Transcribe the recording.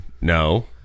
No